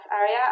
area